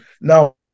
now